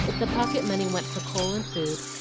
the pocket money went for coal and food,